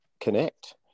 connect